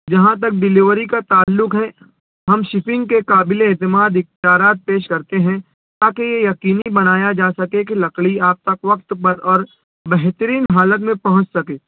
جہاں تک ڈلیوری کا تعلق ہے ہم شپنگ کے قابلِ اعتماد اختیارات پیش کرتے ہیں تا کہ یہ یقینی بنایا جا سکے کہ لکڑی آپ تک وقت پر اور بہترین حالت میں پہونچ سکے